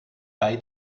bei